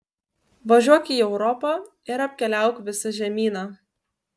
važiuok į europą ir apkeliauk visą žemyną